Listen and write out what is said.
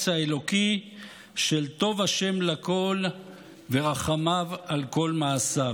אלוקי של "טוב ה' לכל ורחמיו על כל מעשיו".